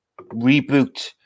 reboot